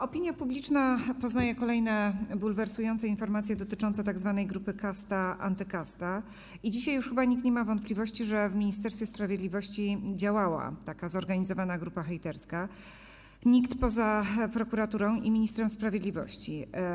Opinia publiczna poznaje kolejne bulwersujące informacje dotyczące tzw. grupy Kasta/Antykasta i dzisiaj już chyba nikt nie ma wątpliwości, że w Ministerstwie Sprawiedliwości działała taka zorganizowana grupa hejterska - nikt poza prokuraturą i ministrem sprawiedliwości.